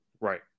Right